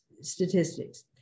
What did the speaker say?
statistics